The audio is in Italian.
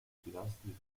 pilastri